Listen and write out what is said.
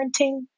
parenting